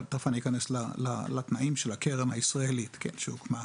תכף גם אכנס לתנאים של הקרן הישראלית שהוקמה.